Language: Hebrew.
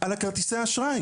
על כרטיסי האשראי.